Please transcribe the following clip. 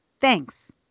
Thanks